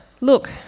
look